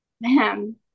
Man